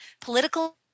political